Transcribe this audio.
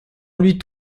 huit